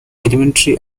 elementary